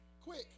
Quick